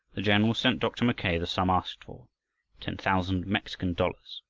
the general sent dr. mackay the sum asked for ten thousand mexican dollars.